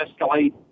escalate